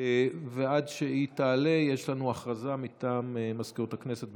עד שהיא תעלה, יש לנו הודעה מטעם מזכירות הכנסת.